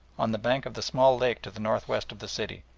on the bank of the small lake to the north-west of the city,